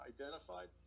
identified